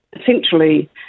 essentially